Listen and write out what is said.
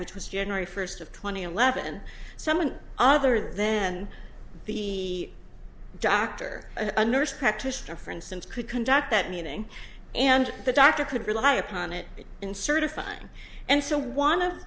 which was generally first of twenty eleven someone other then the doctor a nurse practitioner for instance could conduct that meeting and the doctor could rely upon it in certifying and so one of